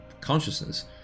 consciousness